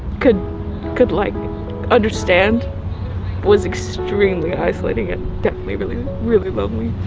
could could like understand was extremely isolating and definitely really really lonely.